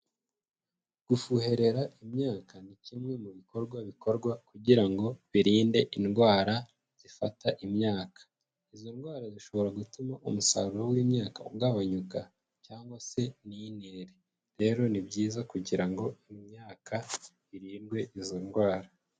Gufuherera imyaka ni kimwe mu bikorwa bikorwa kugira ngo birinde indwara zifata imyaka. izo ndwara zishobora gutuma umusaruro w'imyaka ugabanyuka cyangwa se ntinere. Rero ni byiza kugira ngo imyaka irindwi izo ndwara.